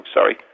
Sorry